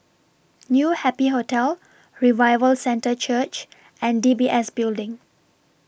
New Happy Hotel Revival Centre Church and D B S Building